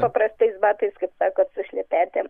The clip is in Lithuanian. paprastais batais kaip sakot su šlepetėm